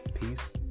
Peace